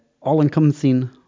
all-encompassing